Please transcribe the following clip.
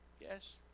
Yes